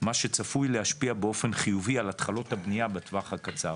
מה שצפוי להשפיע באופן חיובי על התחלות הבנייה בטווח הקצר.